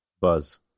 Buzz